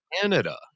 Canada